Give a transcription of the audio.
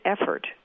effort